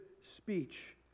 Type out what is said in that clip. speech